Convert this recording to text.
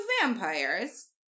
vampires